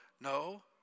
no